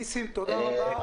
ניסים תודה רבה.